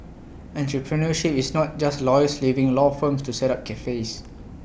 entrepreneurship is not just lawyers leaving law firms to set up cafes